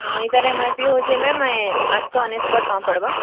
ହଁ ଏଇଟାରେ M R P ହେଉଛି ମ୍ୟାମ୍ ଆଠଶହ ଅନେଶପତ୍ ଟଙ୍କା ପଡ଼୍ବ